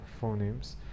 phonemes